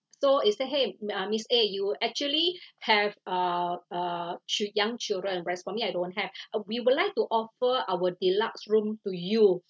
so she said !hey! um Miss A you actually have uh uh chil~ young children whereas for me at I don't have oh we would like to offer our deluxe room to you